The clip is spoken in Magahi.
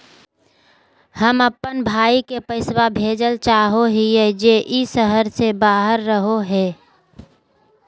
हम अप्पन भाई के पैसवा भेजल चाहो हिअइ जे ई शहर के बाहर रहो है